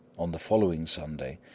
on the following sunday,